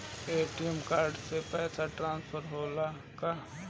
ATM card से पैसा transfer होला का?